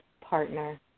partner